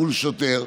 מול שוטר.